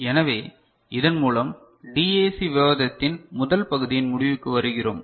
எனவே இதன் மூலம் டிஏசி விவாதத்தின் முதல் பகுதியின் முடிவுக்கு வருகிறோம்